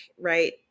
right